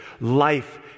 Life